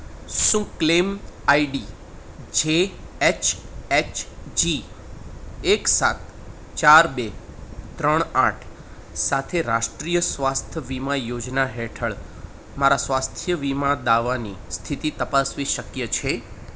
શું claim ID H H Z ઝી એક સાત ચાર બે ત્રણ આઠ સાથે રાષ્ટ્રીય સ્વાસ્થ વીમા યોજના હેઠળ મારા સ્વાસ્થ્ય વીમા દાવાની સ્થિતિ તપાસવી શક્ય છે